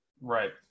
Right